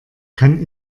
kann